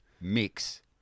mix